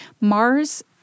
Mars